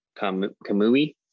Kamui